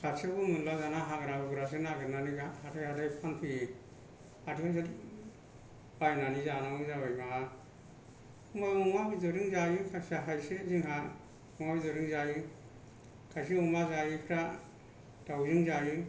खाथियावबो मोनला दाना हाग्रा बंग्रा नागेरनानैसो फानफैयो हाथायाव बायनानै जानांगौ जाबाय अमा बेदरजों जायो खायसे जोंहा अमा बेदरजों जायो खायसे अमा जायैफ्रा दाउजों जायो